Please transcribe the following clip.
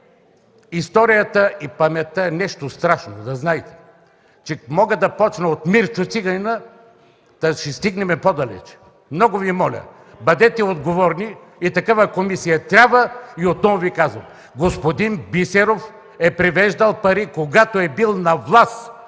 Историята и паметта е нещо страшно да знаете, че мога да почна от Мирчо циганина и да стигнем по-далече. Много Ви моля, бъдете отговорни! Такава комисия трябва. И отново Ви казвам: господин Бисеров е превеждал пари, когато е бил на власт,